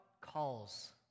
calls